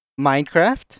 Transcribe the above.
Minecraft